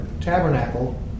tabernacle